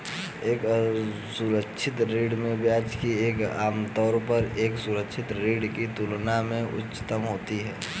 एक असुरक्षित ऋण में ब्याज की दर आमतौर पर एक सुरक्षित ऋण की तुलना में उच्चतर होती है?